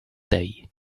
day